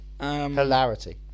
Hilarity